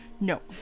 No